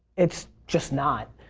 it's just not.